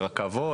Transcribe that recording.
רכבות,